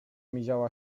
miziała